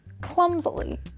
clumsily